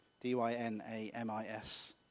d-y-n-a-m-i-s